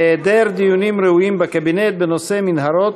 היעדר דיונים ראויים בקבינט בנושא מנהרות